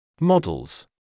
Models